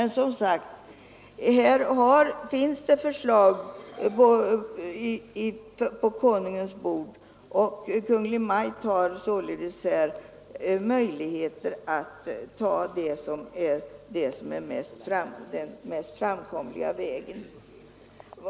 Nu ligger det dock förslag på Konungens bord, och Kungl. Maj:t har möjlighet att välja den mest framkomliga vägen.